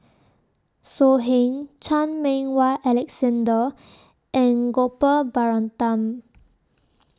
So Heng Chan Meng Wah Alexander and Gopal Baratham